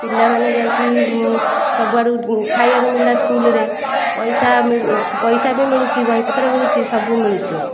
ପିଲାମାନେ ଯାଇକି ସବୁଆଡ଼ୁ ଖାଇବାକୁ ମିଳିଲା ସ୍କୁଲରେ ପଇସା ପଇସା ବି ମିଳୁଛି ବହିପତ୍ର ମିଳୁଛି ସବୁ ମିଳୁଛି